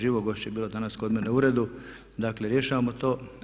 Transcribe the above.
Živogošće je bilo danas kod mene u uredu, dakle rješavamo to.